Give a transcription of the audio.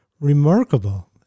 remarkable